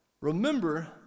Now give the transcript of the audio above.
remember